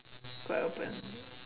quite open